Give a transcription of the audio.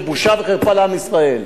זה בושה וחרפה לעם ישראל.